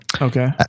okay